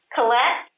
Colette